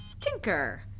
Tinker